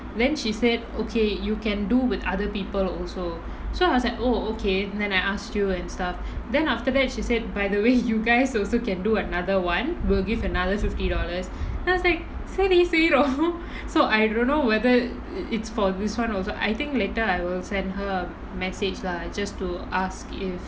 then she said okay you can do with other people also so I was like oh okay then I asked you and stuff then after that she said by the way you guys also can do another one we'll give another fifty dollars then I was சரி செய்ரோ:sari seyiro so I don't know whether it's for this [one] also I think later I will send her a message lah just to ask if